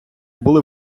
були